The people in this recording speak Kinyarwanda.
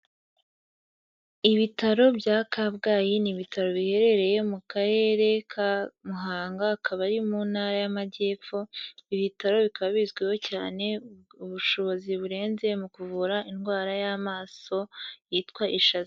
Ibitaro bya Kabgayi n'ibitaro biherereye mu Karere ka Muhanga, akaba ari mu ntara y'amajyepfo, ibitaro bikaba bizwiho cyane ubushobozi burenze mu kuvura indwara y'amaso yitwa ishaza.